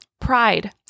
pride